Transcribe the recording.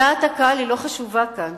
דעת הקהל לא חשובה כאן